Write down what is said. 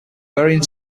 varying